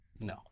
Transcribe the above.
No